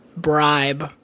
bribe